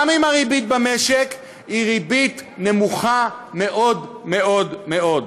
גם אם הריבית במשק היא ריבית נמוכה מאוד מאוד מאוד.